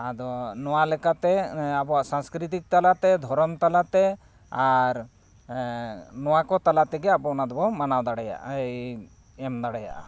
ᱟᱫᱚ ᱱᱚᱣᱟ ᱞᱮᱠᱟᱛᱮ ᱟᱵᱚᱣᱟᱜ ᱥᱟᱝᱥᱠᱨᱤᱛᱤᱠ ᱛᱟᱞᱟᱛᱮ ᱫᱷᱚᱨᱚᱢ ᱛᱟᱞᱟᱛᱮ ᱟᱨ ᱱᱚᱣᱟ ᱠᱚ ᱛᱟᱞᱟ ᱛᱮᱜᱮ ᱟᱵᱚ ᱚᱱᱟ ᱫᱚᱵᱚᱱ ᱢᱟᱱᱟᱣ ᱫᱟᱲᱮᱭᱟᱜᱼᱟ ᱮᱢ ᱫᱟᱲᱮᱭᱟᱜᱼᱟ